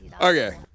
Okay